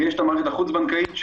ויש מערכת חוץ בנקאית.